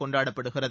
கொண்டாடப்படுகிறது